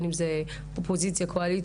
בין אם זה אופוזיציה או קואליציה,